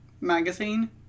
magazine